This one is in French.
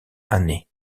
années